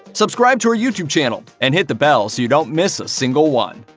subscribe to our youtube channel and hit the bell so you don't miss a single one.